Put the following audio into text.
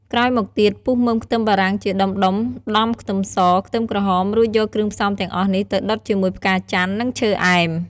ក្រោយមកទៀត ពុះមើមខ្ទឹមបារាំងជាដុំៗ ដំខ្ទឹមស ខ្ទឹមក្រហម រួចយកគ្រឿងផ្សំទាំងអស់នេះទៅដុតជាមួយផ្កាចន្ទន៍ និងឈើអែម។